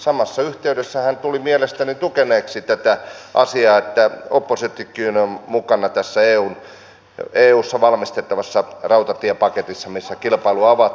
samassa yhteydessä hän tuli mielestäni tukeneeksi tätä asiaa että oppositiokin on mukana tässä eussa valmisteltavassa rautatiepaketissa missä kilpailu avataan